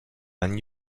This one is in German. einen